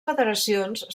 federacions